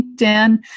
LinkedIn